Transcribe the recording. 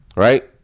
Right